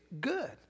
good